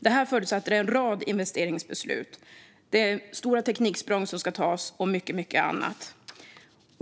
Detta förutsätter en rad investeringsbeslut. Det är stora tekniksprång som ska tas och mycket annat.